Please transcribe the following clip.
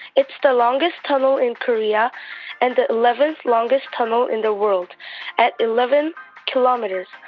it's the longest tunnel in korea and the eleventh longest tunnel in the world at eleven kilometers.